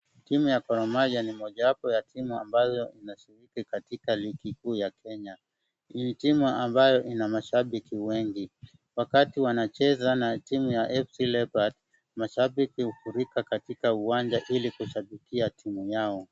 Timu ya Gor Mahia ni mojawapo wa timu ambazo zinasifika katika ligi kuu ya Kenya. Hii ni timuamabayo ina mashabiiki wengi. Wakati wanacheza na timu ya FC leopard mashabiki hufurika katatika uwanja ili kushabikia timu yao.